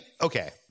okay